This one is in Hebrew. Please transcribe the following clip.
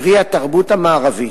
פרי התרבות המערבית.